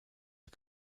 are